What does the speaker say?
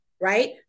right